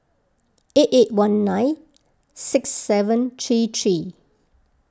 eight eight one nine six seven three three